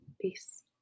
Peace